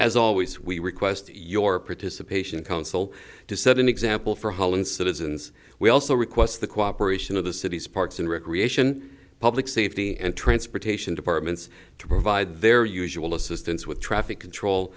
as always we request your participation counsel to set an example for holland citizens we also request the cooperation of the city's parks and recreation public safety and transportation departments to provide their usual assistance with traffic control